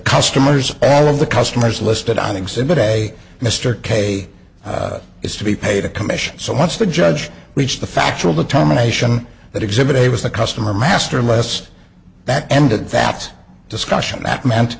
customers all of the customers listed on exhibit a mr k is to be paid a commission so what's the judge which the factual determination that exhibit a with the customer master unless that ended that discussion that meant